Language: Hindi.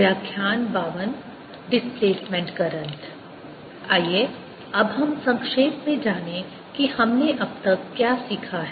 व्याख्यान 52 डिस्प्लेसमेंट करंट आइए अब हम संक्षेप में जानें कि हमने अब तक क्या सीखा है